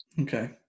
Okay